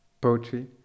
poetry